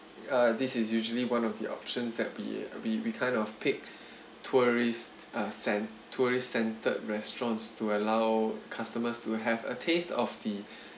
uh this is usually one of the options that we we we kind of pick tourist err cen~ tourist centred restaurants to allow customers to have a taste of the